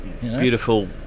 beautiful